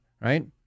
right